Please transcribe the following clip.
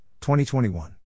2021